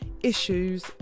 issues